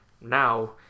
now